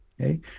Okay